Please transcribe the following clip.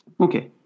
Okay